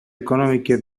economiche